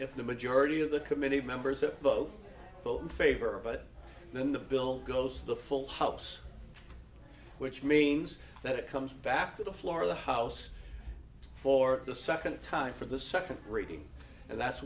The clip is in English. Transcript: if the majority of the committee members to vote vote in favor but then the bill goes to the full house which means that it comes back to the floor of the house for the second time for the second reading and that's